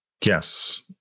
Yes